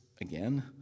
again